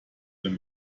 wenn